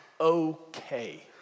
okay